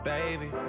Baby